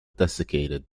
desiccated